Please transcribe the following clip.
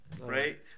right